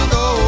go